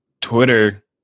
Twitter